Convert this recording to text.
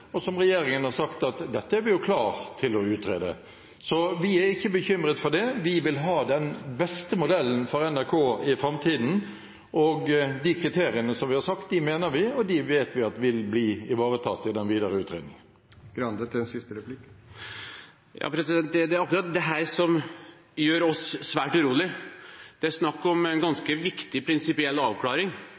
og som vil bli utredet, og som regjeringen har sagt at den er klar til å utrede. Så vi er ikke bekymret for det. Vi vil ha den beste modellen for NRK i framtiden, og de kriteriene vi har satt, mener vi – og vet vi – vil bli ivaretatt i den videre utredningen. Det er akkurat dette som gjør oss svært urolige. Det er snakk om en ganske viktig prinsipiell avklaring.